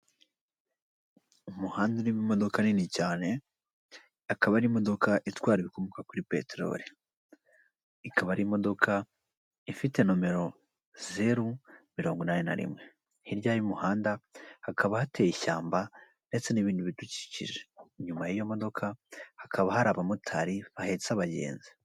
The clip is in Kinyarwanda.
Umuhanda uri mu modoka nini cyane akaba ari imodoka itwara ibikomoka kuri peteroli; ikaba ari imodoka ifite nomero zeru mirongo inani na rimwe; hirya y'umuhanda hakaba hateye ishyamba ndetse n'ibintu bidukikije; nyuma y'iyo modoka hakaba hari abamotari bahetse abagenzi.